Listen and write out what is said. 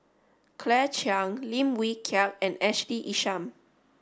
Claire Chiang Lim Wee Kiak and Ashley Isham